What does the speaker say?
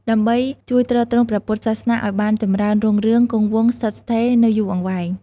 ដើម្បីជួយទ្រទ្រង់ព្រះពុទ្ធសាសនាឱ្យបានចំរើនរុងរឿងគង់វង្សស្ថិតស្ថេរនៅយូរអង្វែង។